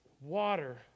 Water